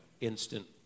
instant